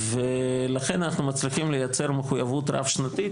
לכן אנחנו מצליחים לייצר מחוייבות רב שנתית,